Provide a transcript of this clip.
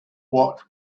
what